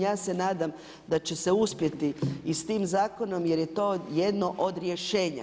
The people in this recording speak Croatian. Ja se nadam da će se uspjeti i s tim zakonom jer je to jedno od rješenja.